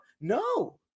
No